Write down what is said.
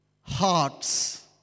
hearts